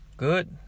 Good